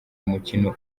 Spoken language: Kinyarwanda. umukino